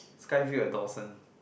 sky view at Dorsett